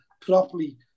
properly